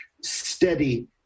steady